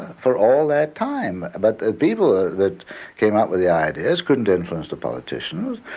for all that time, but the people ah that came up with the ideas couldn't influence the politicians,